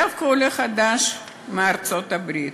דווקא עולה חדש מארצות-הברית,